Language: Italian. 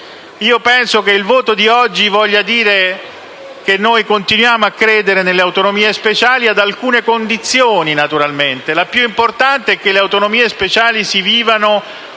Io penso che il voto di oggi voglia dire che noi continuiamo a credere nelle autonomie speciali, ad alcune condizioni naturalmente. La più importante è che le autonomie speciali si vivano